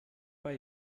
bei